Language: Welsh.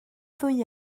ddwy